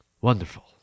Wonderful